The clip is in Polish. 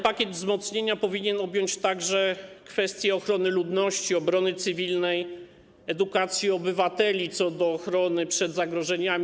Pakiet wzmocnienia powinien objąć także kwestie ochrony ludności, obrony cywilnej, edukacji obywateli co do ochrony przed zagrożeniami.